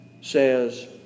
says